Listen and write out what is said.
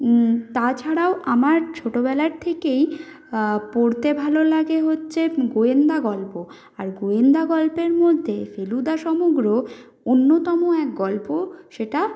তাছাড়াও আমার ছোটবেলার থেকেই পড়তে ভালো লাগে হচ্ছে গোয়েন্দা গল্প আর গোয়েন্দা গল্পের মধ্যে ফেলুদা সমগ্র অন্যতম একটা গল্প সেটা